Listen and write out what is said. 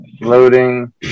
Loading